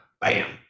Bam